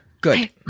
Good